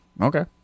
okay